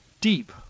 deep